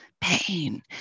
pain